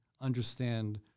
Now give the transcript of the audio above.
understand